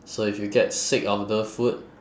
so if you get sick of the food